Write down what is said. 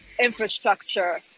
infrastructure